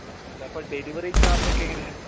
ആ അല്ല അപ്പം ഡെലിവറി ചാർജ് ഒക്കെ എങ്ങനെയാണ്